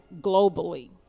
globally